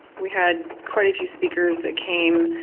we had quite a few speakers that came,